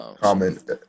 comment